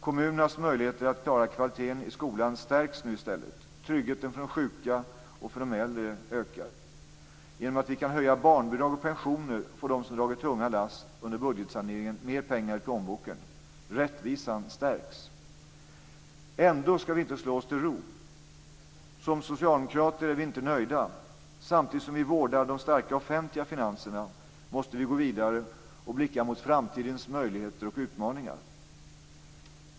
Kommunernas möjligheter att klara kvaliteten i skolan stärks nu i stället. Tryggheten för de sjuka och äldre ökar. Genom att vi kan höja barnbidrag och pensioner får de som har dragit tunga lass under budgetsaneringen mer pengar i plånboken. Rättvisan stärks. Ändå skall vi inte slå oss till ro. Som socialdemokrater är vi inte nöjda. Samtidigt som vi vårdar de starka offentliga finanserna måste vi gå vidare och blicka mot framtidens möjligheter och utmaningar.